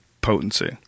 potency